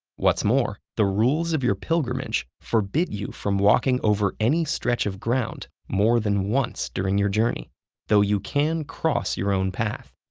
what's more, the rules of your pilgrimage forbid you from walking over any stretch of ground more than once during your journey though you can cross your own path.